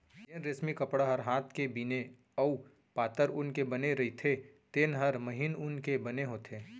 जेन रेसमी कपड़ा ह हात के बिने अउ पातर ऊन के बने रइथे तेन हर महीन ऊन के बने होथे